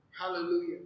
Hallelujah